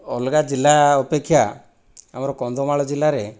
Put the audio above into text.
ଅଲଗା ଜିଲ୍ଲା ଅପେକ୍ଷା ଆମର କନ୍ଧମାଳ ଜିଲ୍ଲାରେ